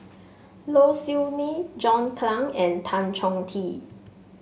Low Siew Nghee John Clang and Tan Chong Tee